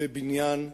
ובניין ירושלים.